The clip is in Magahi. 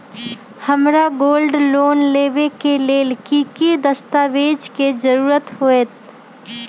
हमरा गोल्ड लोन लेबे के लेल कि कि दस्ताबेज के जरूरत होयेत?